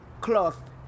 cloth